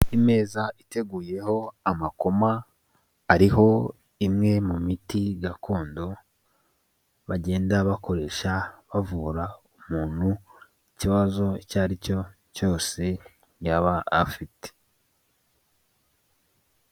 Imeza iteguyeho amakoma ariho imwe mu miti gakondo, bagenda bakoresha bavura umuntu ikibazo icyo ari cyo cyose yaba afite.